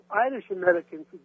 Irish-Americans